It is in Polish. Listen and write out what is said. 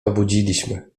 obudziliśmy